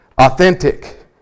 Authentic